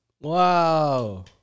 Wow